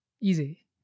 easy